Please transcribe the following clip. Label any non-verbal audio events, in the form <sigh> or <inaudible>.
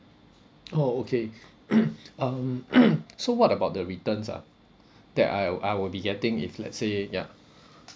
oh okay <noise> um <noise> so what about the returns ah that I'll I will be getting if let's say ya